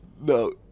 No